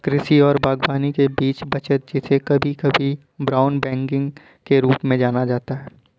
कृषि और बागवानी में बीज की बचत जिसे कभी कभी ब्राउन बैगिंग के रूप में जाना जाता है